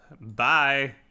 Bye